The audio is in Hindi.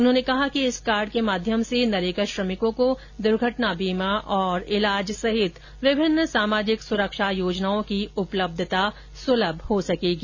उन्होंने कहा कि इस कार्ड के माध्यम से नरेगा श्रमिकों को दुर्घटना बीमा और इलाज सहित विभिन्न सामाजिक सुरक्षा योजनाओं की उपलब्धता सुलभ हो सकेगी